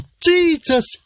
Jesus